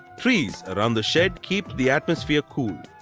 trees around the shed keep the atmosphere cool.